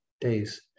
days